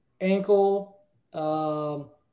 Ankle